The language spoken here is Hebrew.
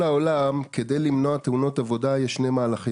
כדי למנוע תאונות עבודה יש שני מהלכים.